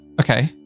Okay